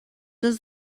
does